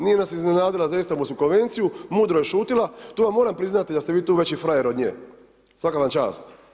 Nije nas iznenadila za Istanbulsku konvenciju, mudro je šutila, tu vam moram priznati da ste vi tu veći frajer od nje, svaka vam čast.